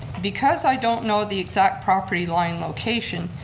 because i don't know the exact property line location,